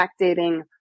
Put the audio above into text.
backdating